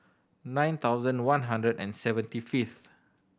nine thousand one hundred and seventy fifth